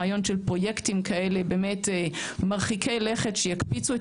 רעיון של פרויקטים מרחיקי לכת שיקפיצו את